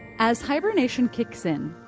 as hibernation kicks in,